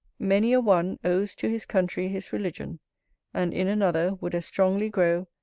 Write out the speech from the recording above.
many a one owes to his country his religion and in another, would as strongly grow,